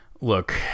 Look